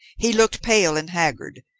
he looked pale and haggard,